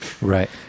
Right